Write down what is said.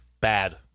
bad